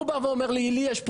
הוא בא ואומר לי יש לי פרויקט,